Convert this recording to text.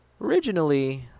originally